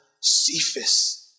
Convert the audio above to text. Cephas